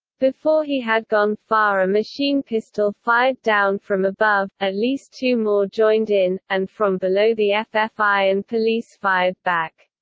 before he had gone far a machine pistol fired down from above, at least two more joined in, and from below the ffi and police fired back.